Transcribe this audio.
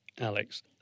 Alex